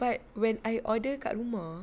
but when I order kat rumah